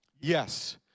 Yes